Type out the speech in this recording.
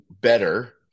better